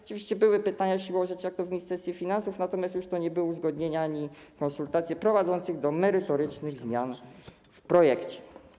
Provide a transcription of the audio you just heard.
Oczywiście były pytania siłą rzeczy, jak to w Ministerstwie Finansów, natomiast już nie były to uzgodnienia ani konsultacje prowadzące do merytorycznych zmian w projekcie.